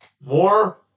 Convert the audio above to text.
more